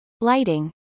lighting